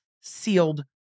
sealed